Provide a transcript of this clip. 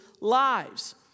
lives